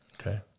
Okay